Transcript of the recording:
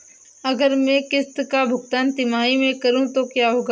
अगर मैं किश्त का भुगतान तिमाही में करूं तो क्या होगा?